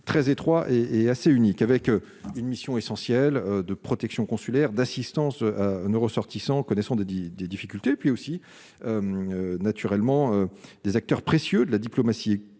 très étroit et assez unique avec une mission essentielle de protection consulaire d'assistance nos ressortissants connaissons des 10 des difficultés puis aussi naturellement des acteurs précieux de la diplomatie